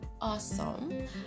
awesome